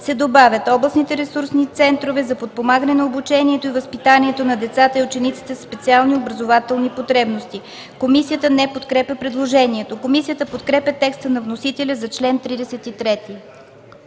се добавя „областните ресурсни центрове за подпомагане на обучението и възпитанието на децата и учениците със специални образователни потребности”. Комисията не подкрепя предложението. Комисията подкрепя текста на вносителя за чл. 33.